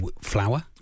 flour